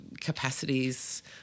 capacities